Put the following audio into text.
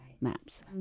maps